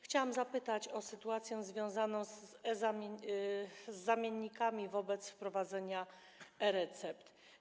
Chciałam zapytać o sytuację związaną z zamiennikami wobec wprowadzania e-recept.